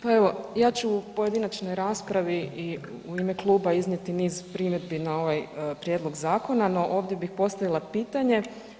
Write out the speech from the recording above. Pa evo, ja ću u pojedinačnoj raspravi i u ime kluba iznijeti niz primjedbi na ovaj prijedlog zakona, no ovdje bih postavila pitanje.